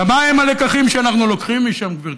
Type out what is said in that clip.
אלא מהם הלקחים שאנחנו לוקחים משם, גברתי,